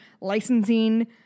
licensing